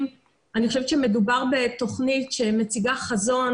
שאני חושבת שמדובר בתכנית שמציגה חזון